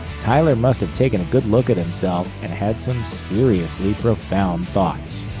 tyler must have taken a good look at himself and had some seriously profound thoughts.